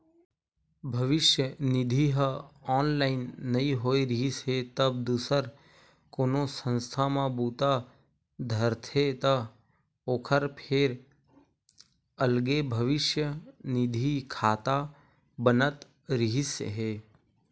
भविस्य निधि ह ऑनलाइन नइ होए रिहिस हे तब दूसर कोनो संस्था म बूता धरथे त ओखर फेर अलगे भविस्य निधि खाता बनत रिहिस हे